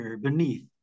beneath